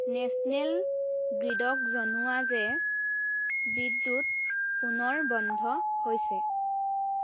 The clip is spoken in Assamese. নেশ্যনেল গ্ৰীডক জনোৱা যে বিদ্যুৎ পুনৰ বন্ধ হৈছে